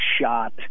shot